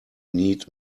need